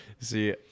See